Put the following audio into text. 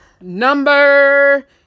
Number